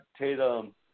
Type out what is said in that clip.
Tatum